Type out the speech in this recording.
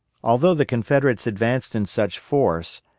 although the confederates advanced in such force,